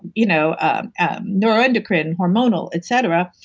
you know um ah neuroendocrine, and hormonal, et cetera,